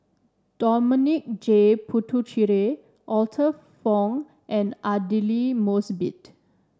Dominic J Puthucheary Arthur Fong and Aidli Mosbit